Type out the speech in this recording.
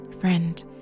friend